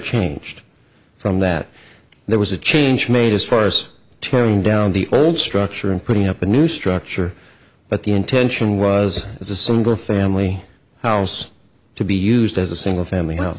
changed from that there was a change made as far as tearing down the old structure and putting up a new structure but the intention was as a single family house to be used as a single family house